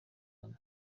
hano